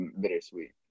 bittersweet